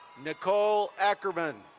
nicole ackerman.